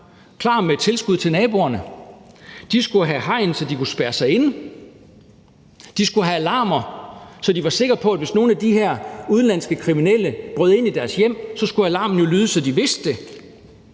klar med et tilskud til naboerne. De skulle have hegn, så de kunne spærre sig inde. De skulle have alarmer, så de var sikre på, hvis nogle af de her udenlandske kriminelle brød ind i deres hjem, at alarmen lød, så de vidste det.